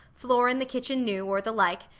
floorin' the kitchen new, or the like.